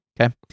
okay